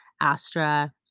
Astra